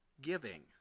giving